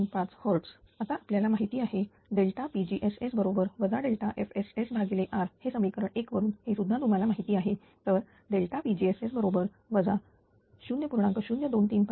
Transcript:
0235 Hz आता आपल्याला माहिती आहेpgss बरोबर FSSR हे समीकरण 1 वरून हेसुद्धा तुम्हाला माहिती आहे तर pgss 0